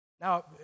Now